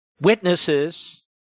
Witnesses